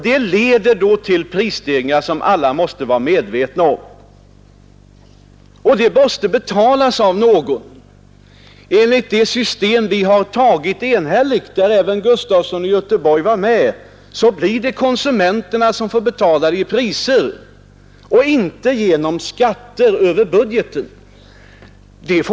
Detta leder då till prisstegringar som alla måste vara medvetna om, och de prisstegringarna måste betalas av någon. Enligt det system som vi enhälligt har antagit — även herr Gustafson i Göteborg var med — blir det konsumenterna som får betala dessa löneökningar i höjda priser och inte genom skatter över budgeten.